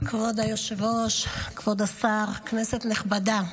כבוד היושב-ראש, כבוד השר, כנסת נכבדה,